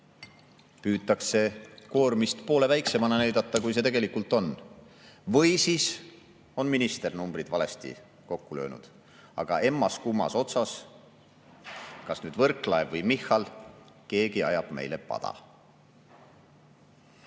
Püütakse koormist poole väiksemana näidata, kui see tegelikult on, või siis on minister numbrid valesti kokku löönud. Aga emmas-kummas otsas ajab keegi, kas Võrklaev või Michal, meile